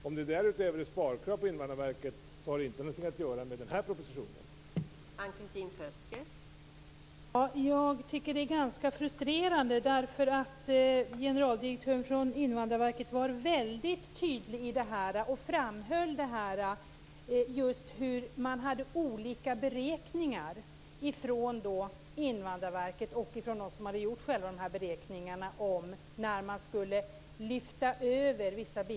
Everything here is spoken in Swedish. Om det därutöver finns sparkrav på Invandrarverket har det inte något med den här propositionen att göra.